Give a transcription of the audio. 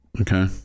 Okay